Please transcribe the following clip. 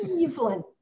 Evelyn